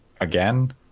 again